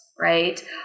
right